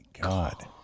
God